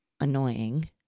annoying